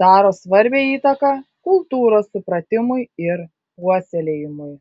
daro svarbią įtaką kultūros supratimui ir puoselėjimui